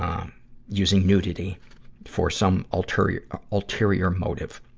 um using nudity for some ulterior ulterior motive.